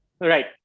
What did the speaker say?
right